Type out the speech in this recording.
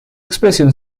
expresión